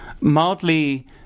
mildly